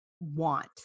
want